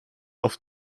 auf